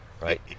right